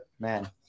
Man